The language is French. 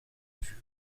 vue